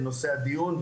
לנושא הדיון,